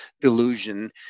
delusion